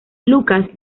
lucas